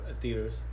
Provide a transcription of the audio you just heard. theaters